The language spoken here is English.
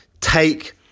take